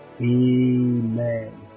Amen